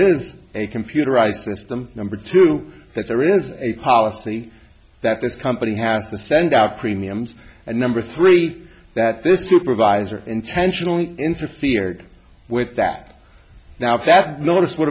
is a computerized system number two that there is a policy that the company has to send out premiums and number three that this supervisor intentionally interfered with that now if that notice would